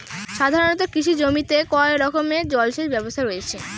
সাধারণত কৃষি জমিতে কয় রকমের জল সেচ ব্যবস্থা রয়েছে?